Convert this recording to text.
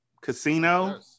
casino